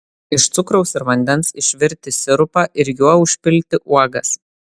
iš cukraus ir vandens išvirti sirupą ir juo užpilti uogas